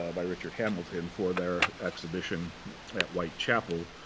ah by richard hamilton, for their exhibition at white chapel.